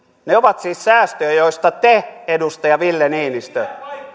ovat siis säästöjä joista te edustaja ville niinistö